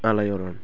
आलायअरन